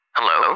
Hello